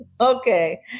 Okay